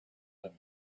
him